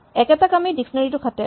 একেটা কামেই ডিক্সনেৰীটো খাটে